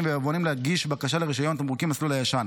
ויבואנים להגיש בקשה לרישיון תמרוקים במסלול הישן.